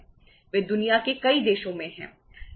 वे दुनिया के कई देशों में हैं